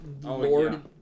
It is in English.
Lord